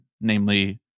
namely